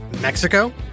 Mexico